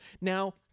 Now